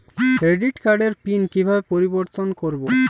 Credit কার্ডের PIN কিভাবে পরিবর্তন করবো?